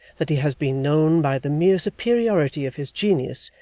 that he has been known, by the mere superiority of his genius,